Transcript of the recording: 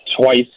twice